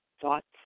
thoughts